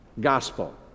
gospel